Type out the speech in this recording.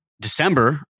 December